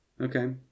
Okay